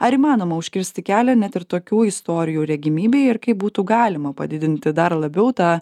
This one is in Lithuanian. ar įmanoma užkirsti kelią net ir tokių istorijų regimybei ir kaip būtų galima padidinti dar labiau tą